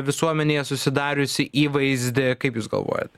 visuomenėje susidariusį įvaizdį kaip jūs galvojat